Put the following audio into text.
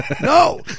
No